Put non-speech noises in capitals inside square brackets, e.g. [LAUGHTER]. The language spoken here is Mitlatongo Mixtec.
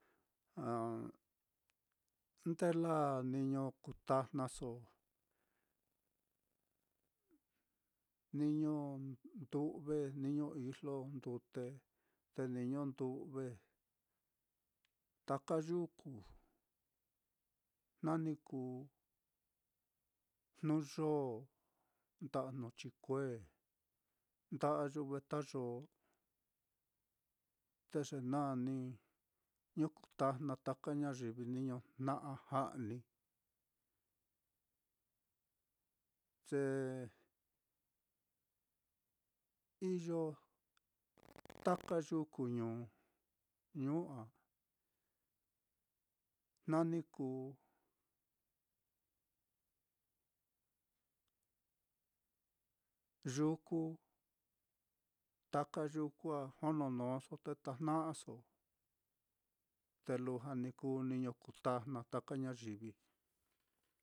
[HESITATION] de laa niño kutajnaso niño ndu've, niño ijlo ndute, te niño ndu've taka yuku, [HESITATION] jna ni kuu jnu yoo, nda'a jnu chikue, nda'a yuve tayōō, te ye naá niño kutajna taka ñayivi niño jna'a ja'ni, ye [HESITATION] iyo [NOISE] taka yuku ñuu, ñuu á jna ni kuu yuku, taka yuku á jononóso te tajnaso, te lujua ni kuu niño kutajna taka ñayivi. [NOISE]